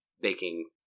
baking